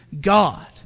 God